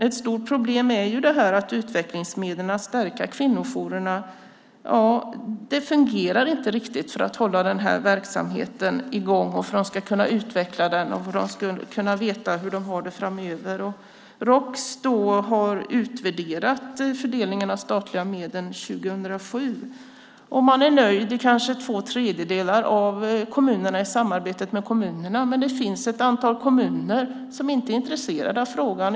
Ett stort problem är att utvecklingsmedlen för att stärka kvinnojourerna inte riktigt fungerar för att hålla verksamheten i gång och för att utveckla den och veta hur man har det framöver. Roks har utvärderat fördelningen av statliga medel 2007. Man är nöjd i kanske två tredjedelar av kommunerna när det gäller samarbetet med kommunerna, men det finns ett antal kommuner som inte är intresserade av frågan.